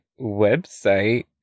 website